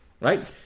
right